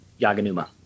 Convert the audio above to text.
Yaganuma